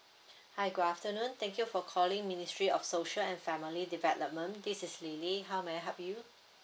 hi good afternoon thank you for calling ministry of social and family development this is lily how may I help you